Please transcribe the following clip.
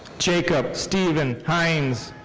jakob steven heins.